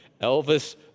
Elvis